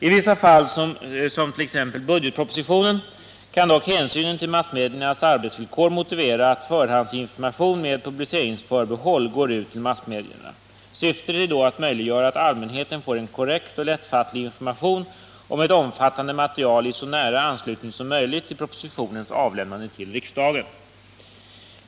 I vissa fall — som budgetpropositionen — kan dock hänsynen till massmediernas arbetsvillkor motivera att förhandsinformation med publiceringsförbehåll går ut till massmedierna. Syftet är då att möjliggöra att allmänheten får en korrekt och lättfattlig information om ett omfattande material i så nära anslutning som möjligt till propositionens avlämnande till riksdagen.